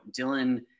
Dylan